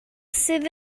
sydd